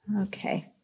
Okay